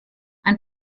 ein